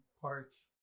parts